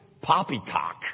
Poppycock